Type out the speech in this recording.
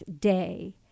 day